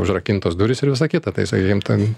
užrakintos durys ir visa kita tai sakykim ten